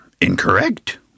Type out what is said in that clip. Incorrect